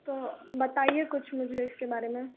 तो बताइए कुछ मुझे इसके बारे में